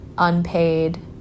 unpaid